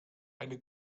eine